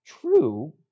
true